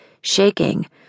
shaking